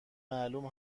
معلوم